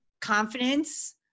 Confidence